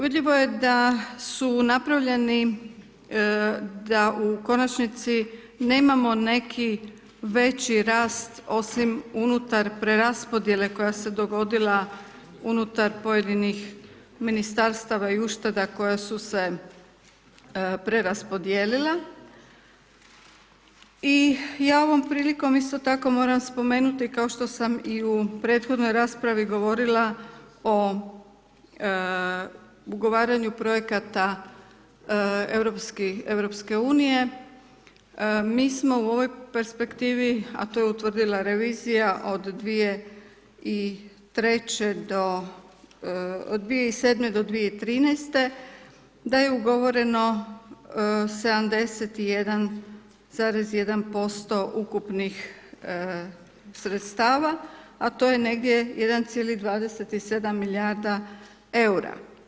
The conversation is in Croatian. Vidljivo je da su napravljeni da u konačnici nemamo neki veći rast osim unutar preraspodjele koja se dogodila unutar pojedinih ministarstva i ušteda koja su se preraspodijelila i ja ovom prilikom isto tako moram spomenuti kao što sam i u prethodnoj raspravi govorila o ugovaranju projekata EU, mi smo u ovoj perspektivi a to je utvrdila revizija od 2003. do, od 2007. do 2013. da je ugovoreno 71,1% ukupnih sredstava, a to je negdje 1,27 milijarda EUR-a.